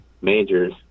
majors